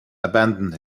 abandoned